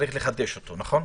נכון?